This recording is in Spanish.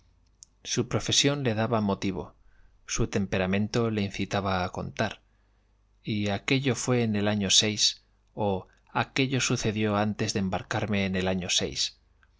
su profesión le daba motivo su temperamento le incitaba a contar y aquello fué en el año seis o aquello sucedió antes de embarcarme en el año